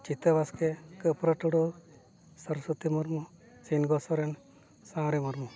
ᱪᱷᱤᱛᱟᱹ ᱵᱟᱥᱠᱮ ᱠᱟᱯᱨᱟᱹ ᱴᱩᱰᱩ ᱥᱚᱨᱚᱥᱚᱛᱤ ᱢᱩᱨᱢᱩ ᱥᱤᱸᱜᱚ ᱥᱚᱨᱮᱱ ᱥᱟᱶᱨᱮ ᱢᱩᱨᱢᱩ